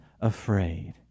afraid